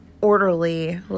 orderly